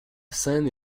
scène